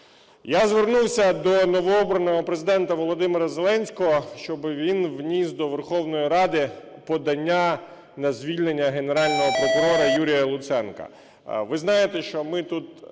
Я звернувся до новообраного Президента Володимира Зеленського, щоб він вніс до Верховної Ради подання на звільнення Генерального прокурора Юрія Луценка. Ви знаєте, що ми тут